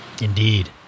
Indeed